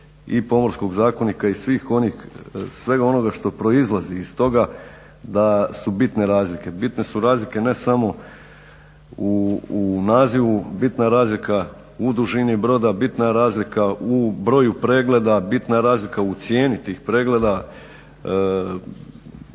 iz Pomorskog zakonika i svih onih, svega onoga što proizlazi iz toga da su bitne razlike. Bitne su razlike ne samo u nazivu, bitna je razlika u dužini broda, bitna je razlika u broju pregleda, bitna je razlika u cijeni tih pregleda.